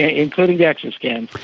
ah including dexa scans!